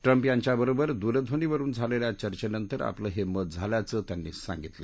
Trump यांच्याबरोबर दूरध्वनीवरुन झालेल्या चर्चेनंतर आपलं हे मत झाल्याचं त्यांनी सांगितलं